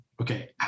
Okay